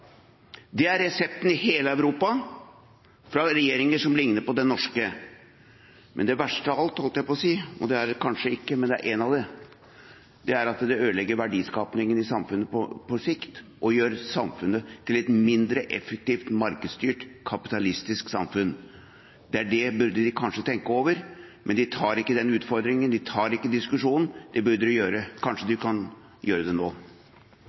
Det er resepten i hele Europa fra regjeringer som ligner på den norske, men det verste av alt – holdt jeg på å si, det er det kanskje ikke, men det er noe av det verste – er at det ødelegger verdiskapingen i samfunnet på sikt og gjør samfunnet til et mindre effektivt, markedsstyrt kapitalistisk samfunn. Det burde de kanskje tenke over, men de tar ikke den utfordringen, de tar ikke diskusjonen – det burde de gjøre, kanskje de kan gjøre det nå.